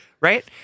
right